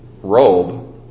robe